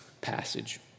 passage